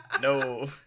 no